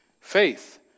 Faith